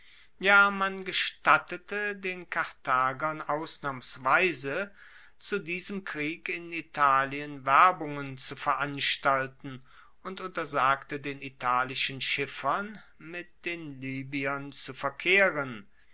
ja man gestattete den karthagern ausnahmsweise zu diesem krieg in italien werbungen zu veranstalten und untersagte den italischen schiffern mit den libyern zu verkehren